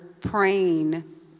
praying